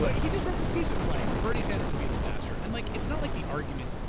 but he just wrote this piece. it was like, bernie sanders would be a disaster. and like it's not like the argument.